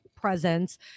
presence